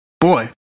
boy